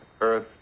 earth